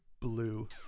blue